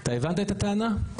אתה הבנת את הטענה?